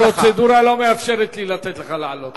הפרוצדורה לא מאפשרת לי לתת לך לעלות.